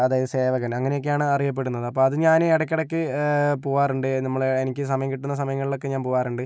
അതായത് സേവകൻ അങ്ങനൊക്കെയാണ് അറിയപ്പെടുന്നത് അപ്പം അത് ഞാന് ഇടയ്ക്കിടയ്ക്ക് പോകാറുണ്ട് നമ്മള് എനിക്ക് സമയം കിട്ടുന്ന സമയങ്ങളിലൊക്കെ ഞാൻ പോകാറുണ്ട്